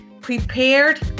prepared